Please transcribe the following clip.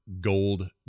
gold